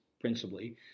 principally